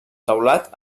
teulat